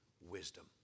wisdom